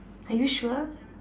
are you sure